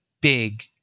big